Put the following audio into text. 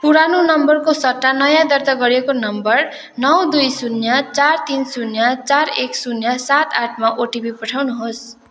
पुरानो नम्बरको सट्टा नयाँ दर्ता गरिएको नम्बर नौ दुई शून्य चार तिन शून्य चार एक शून्य सात आठ मा ओटिपी पठाउनुहोस्